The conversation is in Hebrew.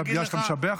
אבל בגלל שאתה משבח,